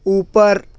اوپر